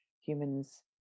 humans